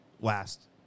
last